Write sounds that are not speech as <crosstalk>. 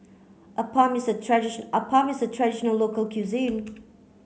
Appam is a <unintelligible> Appam is a traditional local cuisine